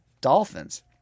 dolphins